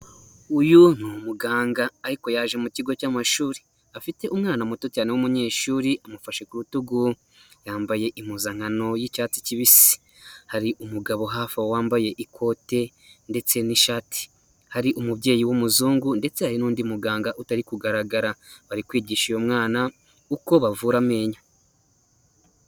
Uyu ni muganga ariko yaje mu kigo cy'amashuri afite umwana muto cyane w'umunyeshuri amufashe ku rutugu yambaye impuzankano y'icyatsi kibisi, hari umugabo hafi wambaye ikote ndetse n'ishati, hari umubyeyi w'umuzungu ndetse hari n'undi muganga utari kugaragara bari kwigisha uyu mwana uko bavura amenyo.